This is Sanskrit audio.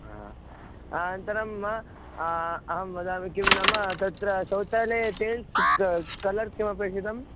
आ अनन्तरम् आ अहं वदामि किं नाम तत्र शौचालये टेल्स् क कलर् किमपेक्षितम्